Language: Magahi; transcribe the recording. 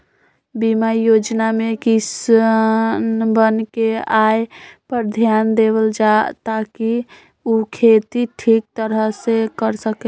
बीमा योजना में किसनवन के आय पर ध्यान देवल जाहई ताकि ऊ खेती ठीक तरह से कर सके